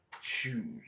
Choose